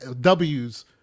w's